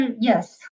yes